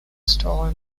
star